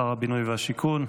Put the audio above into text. שר הבינוי והשיכון,